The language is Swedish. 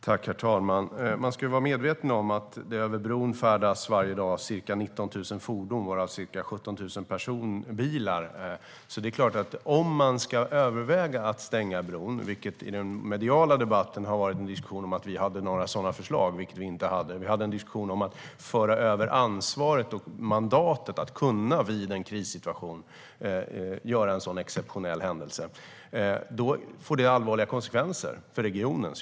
Herr talman! Man ska vara medveten om att det över bron varje dag färdas ca 19 000 fordon, varav ca 17 000 personbilar, så det är klart att om man ska överväga att stänga bron - i mediedebatten har det varit en diskussion om att vi hade sådana förslag, vilket vi inte hade; vi hade en diskussion om att föra över ansvaret och mandatet att i en krissituation kunna vidta en sådan exceptionell åtgärd - får det allvarliga konsekvenser för regionen.